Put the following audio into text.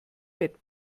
bett